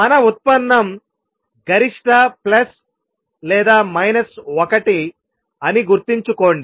మన ఉత్పన్నం గరిష్ట ప్లస్ లేదా మైనస్ 1 అని గుర్తుంచుకోండి